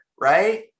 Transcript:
Right